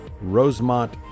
Rosemont